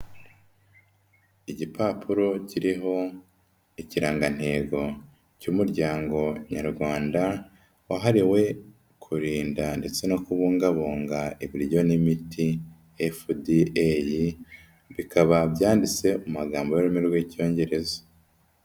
Igipapuro kiriho ikirangantego cy'umuryango nyarwanda wahariwe kurinda ndetse no kubungabunga ibiryo n'imiti FDA, bikaba byanditse mu magambo y'ururimi rw'Icyongereza.